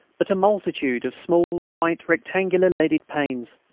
but a multitude of small white rectangular leaded panes.